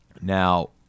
Now